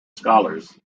scholars